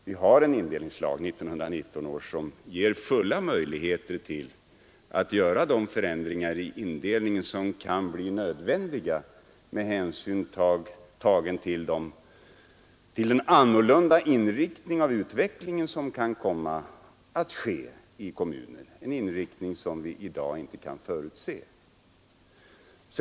För närvarande har vi 1919 års lag, som ger alla möjligheter att vidta de förändringar i indelningen, som kan bli nödvändiga med hänsyn tagen till den annorlunda inriktning av utvecklingen som kan komma att ske i kommunerna, en inriktning, som vi i dag inte kan förutse.